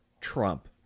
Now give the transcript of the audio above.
Trump